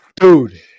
dude